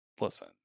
Listen